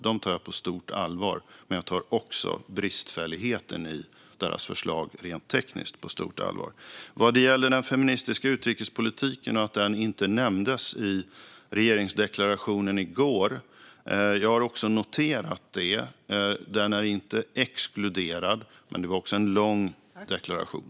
Dem tar jag på stort allvar, men jag tar också bristfälligheten i deras förslag rent tekniskt på stort allvar. Vad det gäller den feministiska utrikespolitiken och att den inte nämndes i regeringsdeklarationen i går kan jag säga att jag också har noterat det. Den är inte exkluderad, men det var också en lång deklaration.